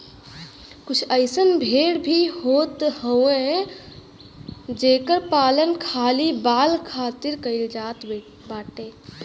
कुछ अइसन भेड़ भी होत हई जेकर पालन खाली बाल खातिर कईल जात बाटे